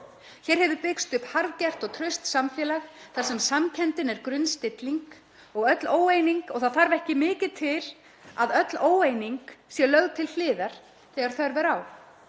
Hér hefur byggst upp harðgert og traust samfélag þar sem samkenndin er grunnstilling. Það þarf ekki mikið til að öll óeining sé lögð til hliðar þegar þörf er á